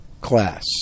class